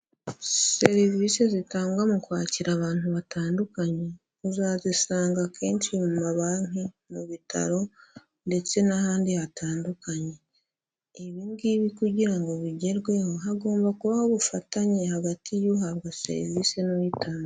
Serivisi zitangwa mu kwakira abantu batandukanye, uzazisanga akenshi mu mabanki, mu bitaro ndetse n'ahandi hatandukanye, ibi ngibi kugira ngo bigerweho hagomba kubaho ubufatanye hagati y'uhabwa serivisi n'uyitanga.